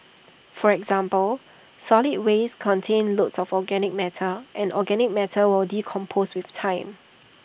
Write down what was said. for example solid waste contains lots of organic matter and organic matter will decompose with time